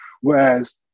whereas